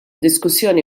diskussjoni